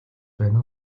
байна